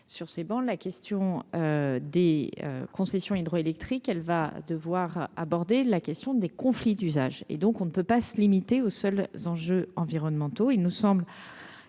sur ces bancs la question des concessions hydroélectriques, elle va devoir aborder la question des conflits d'usage et donc on ne peut pas se limiter aux seuls enjeux environnementaux, il nous semble